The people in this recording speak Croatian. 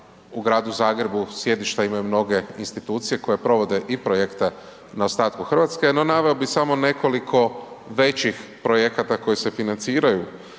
u gradu Zagrebu sjedišta imaju mnoge institucije koje provode i projekta na ostatku Hrvatske. No naveo bih samo nekoliko većih projekata koji se financiraju